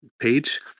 page